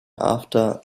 after